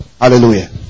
Hallelujah